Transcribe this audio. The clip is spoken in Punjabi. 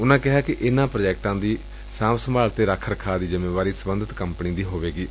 ਉਨਾਂ ਕਿਹਾ ਕਿ ਇਨਾਂ ਪ੍ਰਾਜੈਕਟਾਂ ਦੀ ਸਾਂਭ ਸੰਭਾਲ ਅਤੇ ਰੱਖ ਰਖਾਅ ਦੀ ਜਿੰਮੇਵਾਰੀ ਸਬੰਧਤ ਕੰਪਨੀ ਦੀ ਹੋਵੇਗੀ